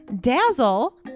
Dazzle